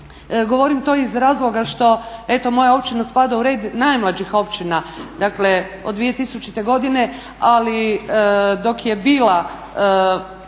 Govorim to iz razloga što eto moja općina spada u red najmlađih općina, dakle od 2000.godine, ali dok je bila